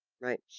Right